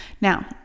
Now